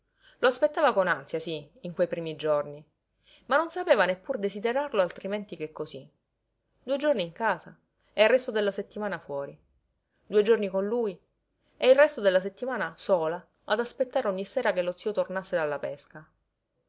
lo aspettava con ansia sí in quei primi giorni ma non sapeva neppur desiderarlo altrimenti che cosí due giorni in casa e il resto della settimana fuori due giorni con lui e il resto della settimana sola ad aspettare ogni sera che lo zio tornasse dalla pesca